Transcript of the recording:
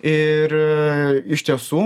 ir iš tiesų